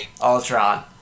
Ultron